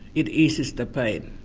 it eases the pain.